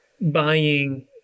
buying